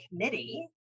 committee